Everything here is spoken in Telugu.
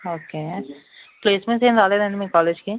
ఓకే ప్లేస్మెంట్స్ ఏమి రాలేదా అండి మీ కాలేజీకి